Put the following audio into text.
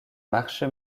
marché